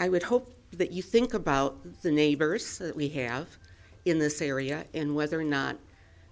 i would hope that you think about the neighbors that we have in this area and whether or not